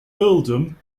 earldom